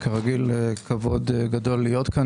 כרגיל, כבוד גדול להיות כאן.